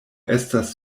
estas